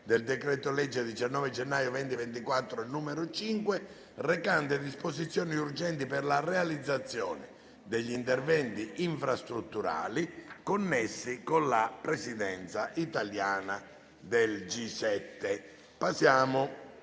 del decreto-legge 19 gennaio 2024, n. 5, recante disposizioni urgenti per la realizzazione degli interventi infrastrutturali connessi con la presidenza italiana del G7» (1056).